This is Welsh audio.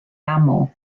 aml